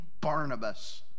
Barnabas